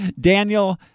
Daniel –